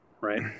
right